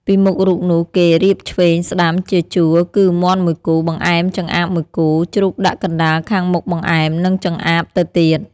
ពីមុខរូបនោះ គេ រៀបឆ្វេង-ស្តាំជាជួរ គឺ មាន់ ១គូ បង្អែម ចម្អាប ១គូ ជ្រូកដាក់កណ្តាលខាងមុខបង្អែម និងចម្អាបទៅទៀត ។